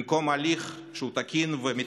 במקום הליך שהוא תקין ומתפקד,